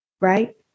Right